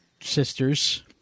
sisters